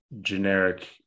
generic